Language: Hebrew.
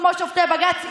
כמו שופטי בג"ץ,